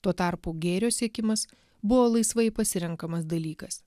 tuo tarpu gėrio siekimas buvo laisvai pasirenkamas dalykas